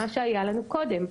כפי שהיה לנו קודם.